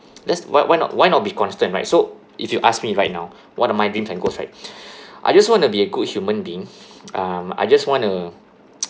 let's why why not why not be constant right so if you ask me right now what are my dreams and goals right I just want to be a good human being um I just want to